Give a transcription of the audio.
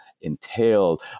entailed